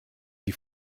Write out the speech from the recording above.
die